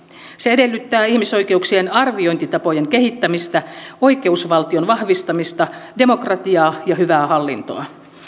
se edellyttää ihmisoikeuksien arviointitapojen kehittämistä oikeusvaltion vahvistamista demokratiaa ja hyvää hallintoa